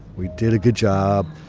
we did a good job.